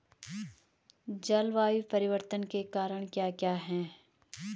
जलवायु परिवर्तन के कारण क्या क्या हैं?